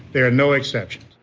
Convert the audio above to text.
there are no exceptions,